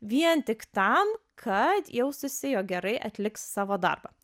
vien tik tam kad jaustųsi jog gerai atliks savo darbą